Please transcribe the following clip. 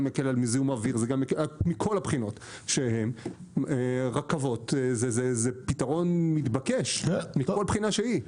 מקל את זיהום האוויר מכל הבחינות זה פתרון מתבקש מכל בחינה שהיא.